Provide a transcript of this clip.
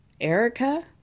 Erica